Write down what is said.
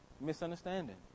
misunderstanding